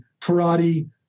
karate